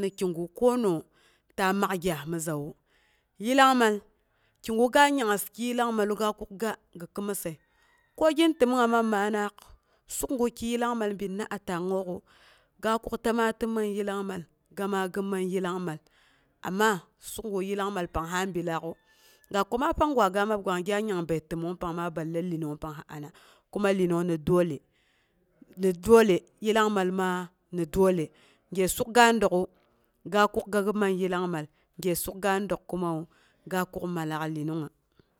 ni kigu konooh ta mak gyaas mi zawu, yillangma kigu ga yangngas pi yillangmallu ga kuk ga gi kɨmassə, ko gin təmongnga man ma'anaak, sukgu ki yillangmal binna a tangngook'u, ga kuk tamaa tɨman yillangmal ga maa gi man yillangmal. Amma e sukgu yillangmal pang ha bilaak'u da ko maa pang gwa maba ko panginu kang gya nyangbəi təmong pangma balle lyenong pang ana, kuma yenong ni dole, yillangmal maa ni dole, bye suk ga dək'u ga kukga giman yillang mal, gyesuk ga dək kumawu ga kuk mallaak lyenongnga